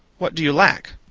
what do you lack?